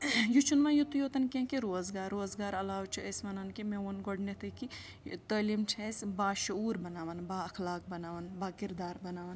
یہِ چھُنہٕ وۄنۍ یُتُے یوتَن کیٚنٛہہ کہِ روزگار روزگار علاوٕ چھِ أسۍ وَنان کہِ مےٚ ووٚن گۄڈٕنٮ۪تھٕے کہِ یہِ تٲلیٖم چھِ اَسہِ باشعوٗر بَناوان بااخلاق بَناوان باکِردار بَناوان